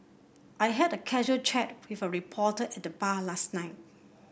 I had a casual chat with a reporter at the bar last night